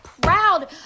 proud